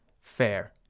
fair